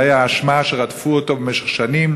זאת הייתה האשמה שרדפו אותו אתה במשך שנים,